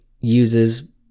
uses